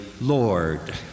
Lord